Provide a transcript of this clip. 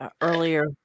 earlier